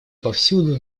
повсюду